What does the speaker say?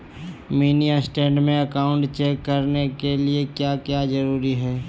Mini state में account check करने के लिए क्या क्या जरूरी है?